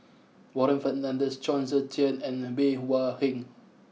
Warren Fernandez Chong Tze Chien and Bey Hua Heng